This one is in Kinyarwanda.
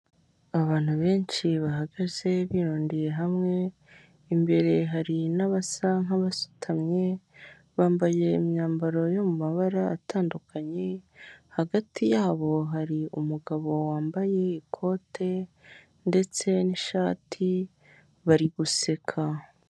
Abantu benshi bahagaze birundiye hamwe imbere hari n'abasa nk'abasutamye bambaye imyambaro yo mu mabara atandukanye hagati yabo hari umugabo wambaye ikote ndetse n'ishati bari guseka.